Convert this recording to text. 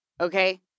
Okay